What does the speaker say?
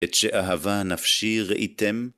את שאהבה נפשי ראיתם